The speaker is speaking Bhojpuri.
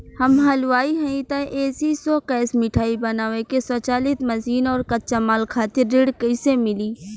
हम हलुवाई हईं त ए.सी शो कैशमिठाई बनावे के स्वचालित मशीन और कच्चा माल खातिर ऋण कइसे मिली?